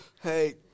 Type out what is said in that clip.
Hey